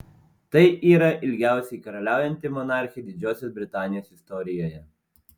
tai yra ilgiausiai karaliaujanti monarchė didžiosios britanijos istorijoje